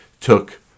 took